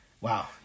wow